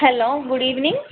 hello good evening